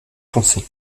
foncé